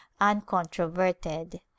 uncontroverted